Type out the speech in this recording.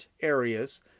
areas